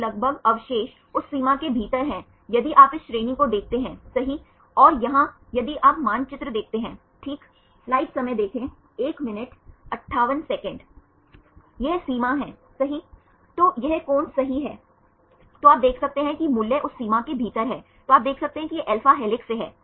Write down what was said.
और इसलिए वे पूर्ण अनुक्रम संरेखण करने के बजाय अलग अलग लंबाई के छोटे पेप्टाइड बनाने की कोशिश करेंगे और देखेंगे कि विभिन्न अनुक्रमों के कितने खंडों के आधार पर उन्होंने नॉन रेडंडान्त अनुक्रम प्राप्त करने के लिए एल्गोरिथ्म विकसित किया है